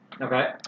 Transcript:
Okay